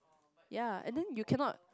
ya and then you cannot